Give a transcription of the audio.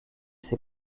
ses